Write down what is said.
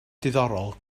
diddorol